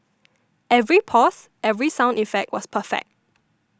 every pause every sound effect was perfect